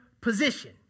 position